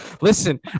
Listen